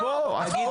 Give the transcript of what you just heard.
לא, אני פה.